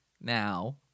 Now